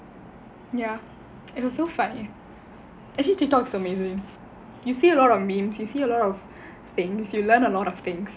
ya it was so funny actually TikTok is amazing you see a lot of memes you see a lot of things you learn a lot of things